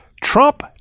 trump